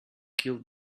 killed